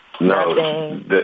No